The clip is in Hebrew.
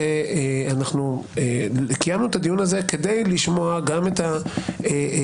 אנחנו קיימנו את הדיון הזה כדי לשמוע גם את הדעות,